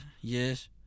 Yes